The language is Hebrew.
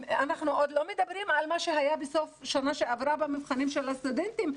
אנחנו עוד לא מדברים על מה שהיה בסוף שנה שעברה במבחנים של הסטודנטים,